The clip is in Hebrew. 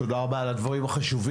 תודה רבה על הדברים החשובים.